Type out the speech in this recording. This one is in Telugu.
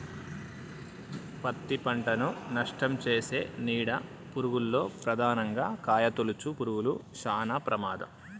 పత్తి పంటను నష్టంచేసే నీడ పురుగుల్లో ప్రధానంగా కాయతొలుచు పురుగులు శానా ప్రమాదం